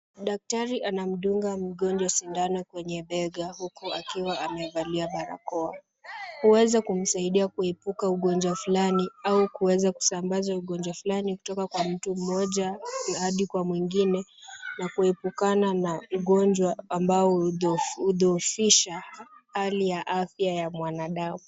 Daktari anamdunga mgonjwa sindano kwenye bega huku akiwa amevalia barakoa. Hueza kumsadia kuepuka ugonjwa fulani au kuweza kusambaza ugonjwa fulani kutoka kwa mtu mmoja hadi kwa mwingine, na kuepukana na ugonjwa ambao hudhoofisha hali ya afya ya mwanadamu.